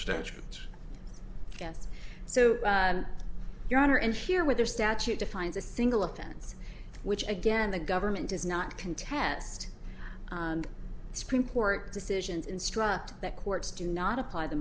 statutes yes so your honor and here with the statute defines a single offense which again the government does not contest supreme court decisions instruct that courts do not apply the